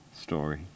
story